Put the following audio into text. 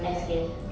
life skill